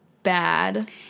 bad